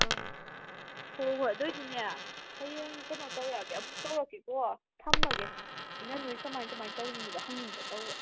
ꯑꯪ ꯍꯣ ꯍꯣꯏ ꯑꯗꯨ ꯑꯣꯏꯗꯤꯅꯦ ꯍꯌꯦꯡ ꯀꯩꯅꯣ ꯇꯧꯔꯛꯑꯒꯦ ꯑꯃꯨꯛ ꯇꯧꯔꯛꯀꯦꯀꯣ ꯊꯝꯃꯒꯦ ꯏꯅꯝꯃ ꯍꯣꯏ ꯀꯃꯥꯏ ꯀꯃꯥꯏꯅ ꯇꯧꯔꯤꯅꯣꯗꯣ ꯍꯪꯅꯤꯡꯗꯅ ꯇꯧꯕ